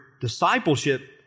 discipleship